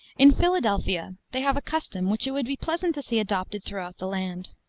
in philadelphia they have a custom which it would be pleasant to see adopted throughout the land.